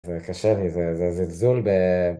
זה קשה לי, זה זלזול ב...